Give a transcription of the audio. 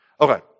Okay